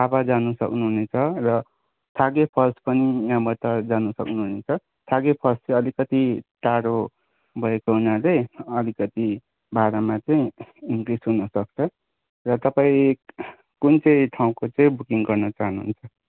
लाभा जानु सक्नुहुनेछ र छागे फल्स पनि यहाँबाट जानु सक्नुहुनेछ छागे फल्स चाहिँ अलिकति टाढो भएको हुनाले अलिकति भाडामा चाहिँ इन्क्रिज हुनसक्छ र तपाईँ कुन चाहिँ ठाउँको चाहिँ बुकिङ गर्नु चाहनुहुन्छ